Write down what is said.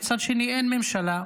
מצד שני אין ממשלה,